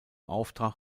auftrag